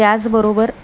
त्याचबरोबर